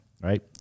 Right